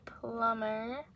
plumber